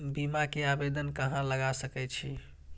बीमा के आवेदन कहाँ लगा सके छी?